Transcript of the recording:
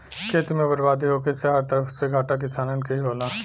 खेती में बरबादी होखे से हर तरफ से घाटा किसानन के ही होला